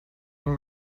این